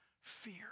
fear